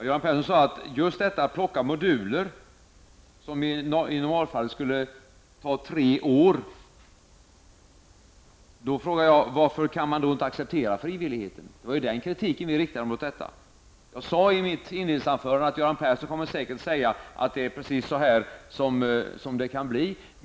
Göran Persson nämnde detta om att plocka bort moduler som i normalfallet skulle ta tre år. Jag frågar då: Varför kan man då inte acceptera frivilligheten? Det var ju den kritiken som vi riktade mot detta. I mitt inledningsanförande sade jag att Göran Persson säkert kommer att säga att det kan bli precis så här.